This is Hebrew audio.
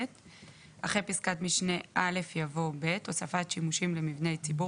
אחרי פסקת משנה (א) יבוא: "(ב) הוספת שימושים למבני ציבור